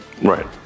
right